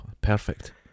perfect